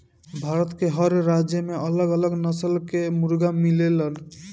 भारत के हर राज्य में अलग अलग नस्ल कअ मुर्गा मिलेलन